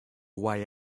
way